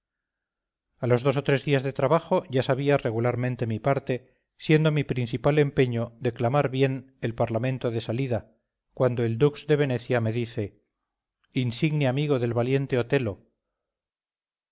a los dos o tres días de trabajo ya sabía regularmente mi parte siendo mi principal empeño declamar bien el parlamento de salida cuando el dux de venecia me dice hubo